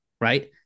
right